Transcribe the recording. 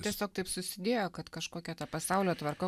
tiesiog taip susidėjo kad kažkokia ta pasaulio tvarka